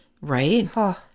Right